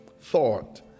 Thought